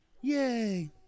Yay